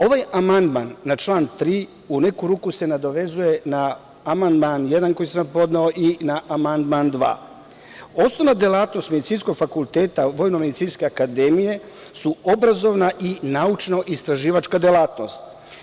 Ovaj amandman na član 3. u neku ruku se nadovezuje na amandman 1. koji sam podneo i na amandman 2. Osnovna delatnost Medicinskog fakulteta VMA su obrazovna i naučno-istraživačka delatnost.